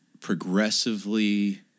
progressively